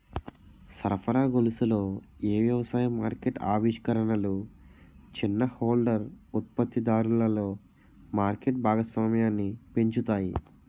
సరఫరా గొలుసులలో ఏ వ్యవసాయ మార్కెట్ ఆవిష్కరణలు చిన్న హోల్డర్ ఉత్పత్తిదారులలో మార్కెట్ భాగస్వామ్యాన్ని పెంచుతాయి?